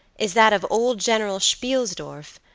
is that of old general spielsdorf,